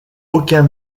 aucun